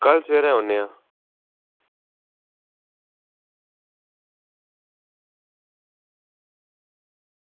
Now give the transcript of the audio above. कल्ल सबेरै औन्ने आं